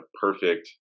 perfect